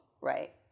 right